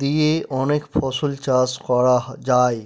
দিয়ে অনেক ফসল চাষ করা যায়